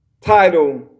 title